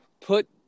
Put